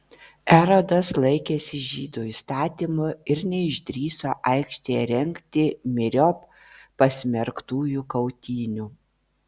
erodas laikėsi žydų įstatymo ir neišdrįso aikštėje rengti myriop pasmerktųjų kautynių